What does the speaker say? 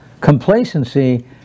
Complacency